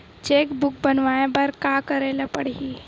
Cheque book बनवाय बर का करे ल पड़हि?